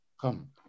come